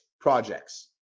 projects